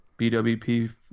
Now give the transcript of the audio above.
BWP